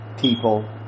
people